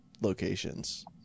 locations